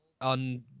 on